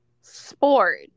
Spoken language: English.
Sport